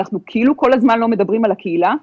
אנחנו, כאילו כל הזמן לא מדברים על הקהילה.